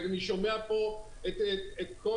אני שומע פה את כל